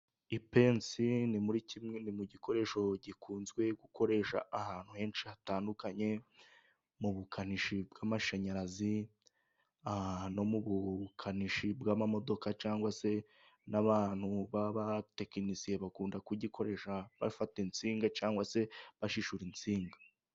Ipense ni muri kimwe mu gikoresho gikunzwe gukoresha ahantu henshi hatandukanye, mu bukanishi bw'amashanyarazi, no mu bukanishi bw'amamodoka, cyangwa se n'abantu babatekinisiye bakunda kugikoresha bafata insinga, cyangwa se bashishura insinga.